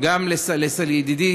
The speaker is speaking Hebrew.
גם לידידי,